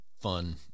fun